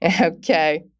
Okay